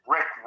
Rick